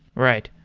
right.